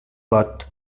got